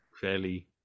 fairly